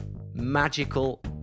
magical